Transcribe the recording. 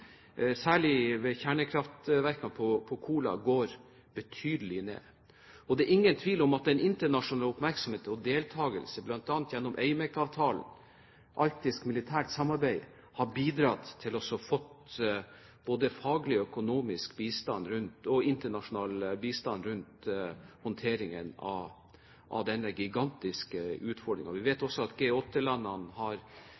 særlig ved kjernekraftverkene på Kola, går betydelig ned. Det er heller ingen tvil om at den internasjonale oppmerksomhet og deltakelse bl.a. gjennom AMEC-avtalen, arktisk militært samarbeid, har bidratt til å få både faglig, økonomisk og internasjonal bistand rundt håndteringen av denne gigantiske utfordringen. Vi vet